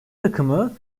takımı